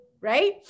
right